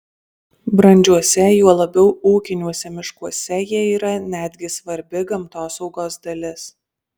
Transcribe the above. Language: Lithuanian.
brandžiuose juo labiau ūkiniuose miškuose jie yra netgi svarbi gamtosaugos dalis